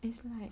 it's like